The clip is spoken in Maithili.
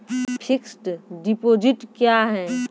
फिक्स्ड डिपोजिट क्या हैं?